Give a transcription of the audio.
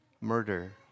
murder